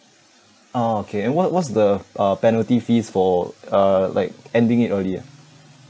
ah okay and wha~ what's the uh penalty fees for uh like ending it earlier